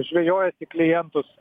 žvejojasi klientus